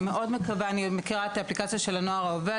אני מכירה את האפליקציה של ׳הנוער העובד